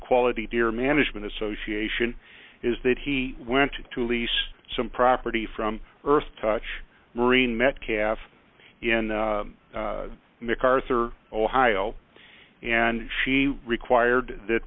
quality deer management association is that he went to lease some property from earth touch marine metcalf in mcarthur ohio and she required that